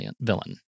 villain